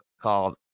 called